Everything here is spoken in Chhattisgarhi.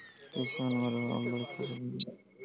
किसान मन हर बड़िया फसल होए बर भगवान जग अरती बिनती करथे